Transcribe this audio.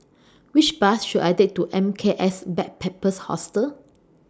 Which Bus should I Take to M K S Backpackers Hostel